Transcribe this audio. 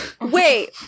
Wait